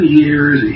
years